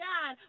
God